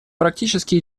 практически